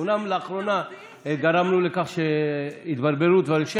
אומנם לאחרונה גרמנו לכך שהתבלבלו דברים.